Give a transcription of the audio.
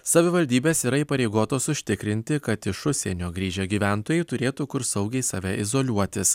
savivaldybės yra įpareigotos užtikrinti kad iš užsienio grįžę gyventojai turėtų kur saugiai save izoliuotis